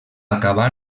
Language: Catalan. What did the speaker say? acabar